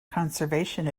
conservation